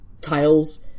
tiles